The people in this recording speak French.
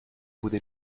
propos